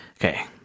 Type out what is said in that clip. Okay